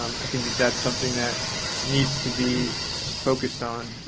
i think that that's something that needs to be focused on.